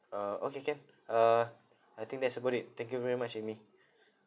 uh okay can uh I think that's about it thank you very much amy